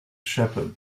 shepherd